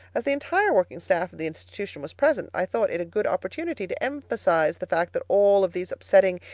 as the entire working staff of the institution was present, i thought it a good opportunity to emphasize the fact that all of these upsetting,